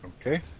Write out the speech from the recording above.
Okay